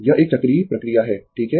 यह एक चक्रीय प्रक्रिया है ठीक है